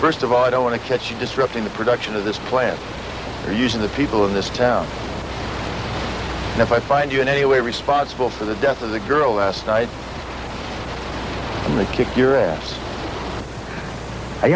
first of all i don't want to catch you disrupting the production of this plan or using the people in this town if i find you in any way responsible for the death of the girl last night when they kick your ass i